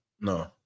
No